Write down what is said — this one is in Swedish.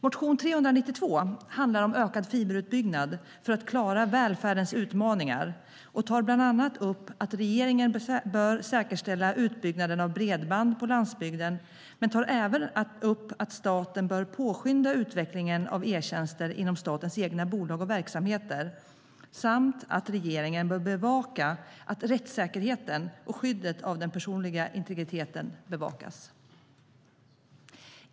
Motion 392 handlar om ökad fiberutbyggnad för att klara välfärdens utmaningar och tar bland annat upp att regeringen bör säkerställa utbyggnaden av bredband på landsbygden. Men den tar även upp att staten bör påskynda utvecklingen av e-tjänster inom statens egna bolag och verksamheter samt att regeringen bör se till att rättssäkerheten och skyddet av den personliga integriteten bevakas.